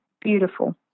beautiful